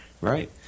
right